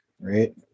right